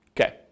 Okay